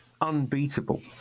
Unbeatable